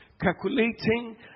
calculating